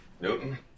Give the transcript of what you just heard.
Newton